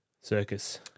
Circus